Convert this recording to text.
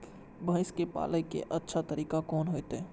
भैंस के पाले के अच्छा तरीका कोन होते?